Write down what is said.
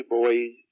boys